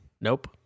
Nope